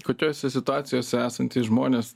kokiose situacijose esantys žmonės